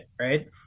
right